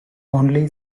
only